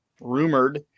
rumored